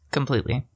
Completely